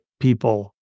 people